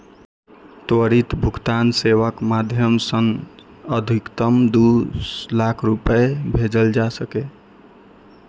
त्वरित भुगतान सेवाक माध्यम सं अधिकतम दू लाख रुपैया भेजल जा सकैए